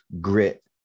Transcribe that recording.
grit